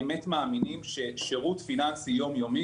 באמת מאמינים ששירות פיננסי יומיומי,